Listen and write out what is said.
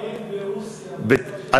אין ברוסיה מצב של חילוני.